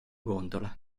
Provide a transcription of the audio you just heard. gondola